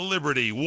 Liberty